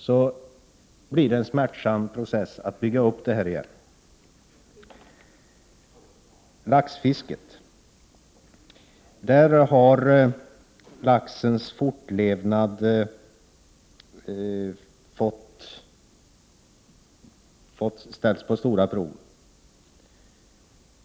Det blir en smärtsam process att bygga upp verksamheten igen. Laxens fortlevnad har ställts på svåra prov.